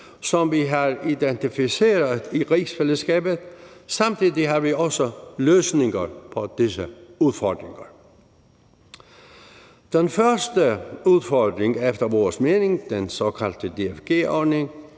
som vi har identificeret i rigsfællesskabet. Samtidig har vi også løsninger på disse udfordringer. Den første udfordring er efter vores mening den såkaldte DFG-ordning.